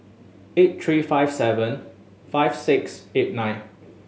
eight three five seven five six eight nine